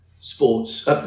sports